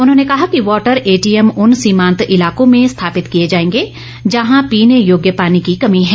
उन्होंने कहा कि वाटर एटीएम उन सीमांत इलाको में स्थापित किए जाएंगे जहां पीने योग्य पानी की कमी है